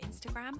Instagram